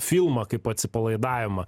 filmą kaip atsipalaidavimą